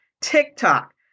TikTok